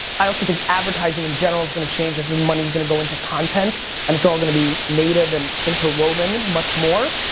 i also think advertising in general is gonna change and the money is gonna go into content and it's all going to be native and interwoven much more,